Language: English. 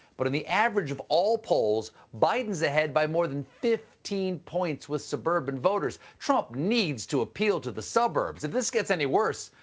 but in the average of all polls biden's ahead by more than fifteen points with suburban voters. trump needs to appeal to the suburbs. if this gets any worse,